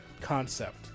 concept